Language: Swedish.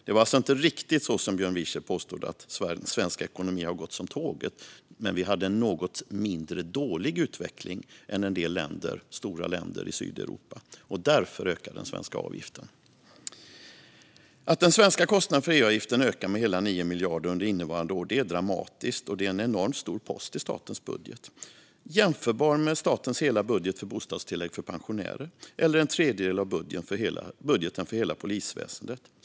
Det var alltså inte riktigt så som Björn Wiechel påstod, att svensk ekonomi har gått som tåget, men vi hade en något mindre dålig utveckling än en del stora länder i Sydeuropa. Därför ökar den svenska avgiften. Att den svenska kostnaden för EU-avgiften ökar med hela 9 miljarder under innevarande år är dramatiskt och en enormt stor post i statens budget. Den är jämförbar med statens hela budget för bostadstillägg för pensionärer eller en tredjedel av budgeten för hela polisväsendet.